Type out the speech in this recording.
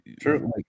True